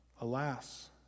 alas